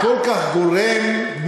גורם כל כך מגרה,